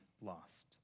lost